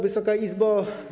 Wysoka Izbo!